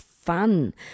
fun